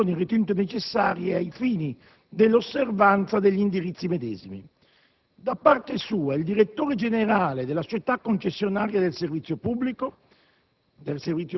le deliberazioni ritenute necessarie ai fini dell'osservanza degli indirizzi medesimi. Da parte sua, il direttore generale della società concessionaria del servizio pubblico